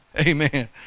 amen